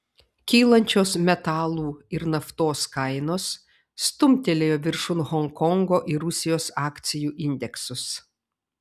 kylančios metalų ir naftos kainos stumtelėjo viršun honkongo ir rusijos akcijų indeksus